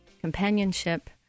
companionship